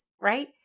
right